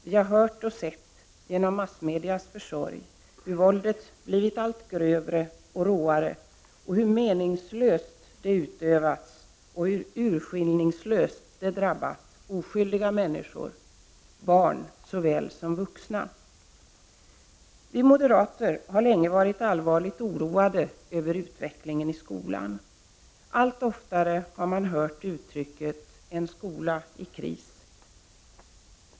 Vi har hört och sett — genom massmedias försorg — hur våldet blivit allt grövre och råare, hur meningslöst det utövats och hur urskillningslöst det drabbat oskyldiga människor — barn såväl som vuxna. Vi moderater har länge varit allvarligt oroade över utvecklingen i skolan. Allt oftare hör man uttrycket ”en skola i kris”.